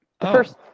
first